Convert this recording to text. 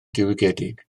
diwygiedig